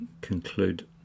conclude